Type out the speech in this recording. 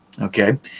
okay